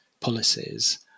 policies